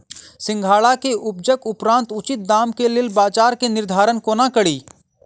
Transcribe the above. सिंघाड़ा केँ उपजक उपरांत उचित दाम केँ लेल बजार केँ निर्धारण कोना कड़ी?